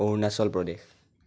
Arunachal Pradesh